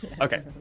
Okay